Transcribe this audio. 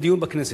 לדיון בכנסת.